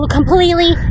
completely